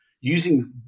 using